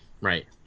right